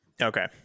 Okay